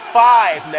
five